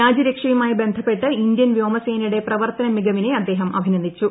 രാജ്യരക്ഷയുമായി ബന്ധപ്പെട്ട് ഇന്ത്യൻ വ്യോമസേനയുടെ പ്രവർത്തന മികവിനെ അദ്ദേഹം അഭിനന്ദിച്ചു